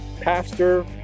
Pastor